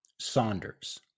Saunders